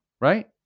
right